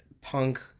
punk